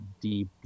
deep